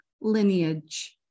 Lineage